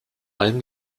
allem